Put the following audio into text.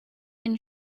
and